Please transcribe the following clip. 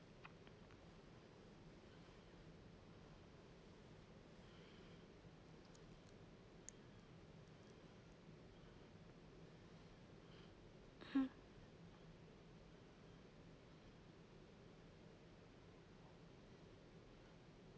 mm